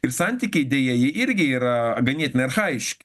ir santykiai deja jie irgi yra ganėtinai archajiški